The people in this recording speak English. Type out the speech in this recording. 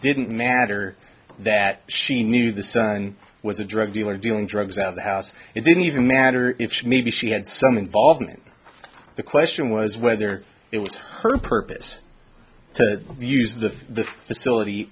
didn't matter that she knew this was a drug dealer dealing drugs out of the house and didn't even matter if she maybe she had some involvement the question was whether it was her purpose to use the facility